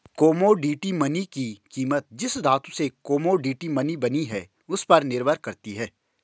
commodity money की कीमत जिस धातु से कोमोडिटी मनी बनी है उस पर निर्भर करती है